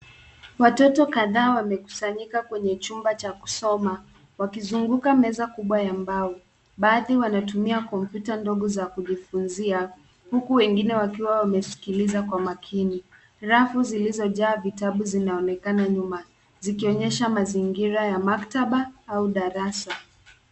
Watoto kadhaa wamekusanyika kwenye chumba cha kusoma wakizunguka meza kubwa ya mbao. Baadhi wanatumia kompyuta ndogo za kujifunzia hukuwengine wakiwa wamesikiliza kwa makini. Rafu zilizojaa vitabu zinaonekana nyuma zikionyesha mazingira ya maktaba au darasa.